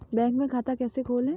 Bank में खाता कैसे खोलें?